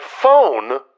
phone